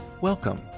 Welcome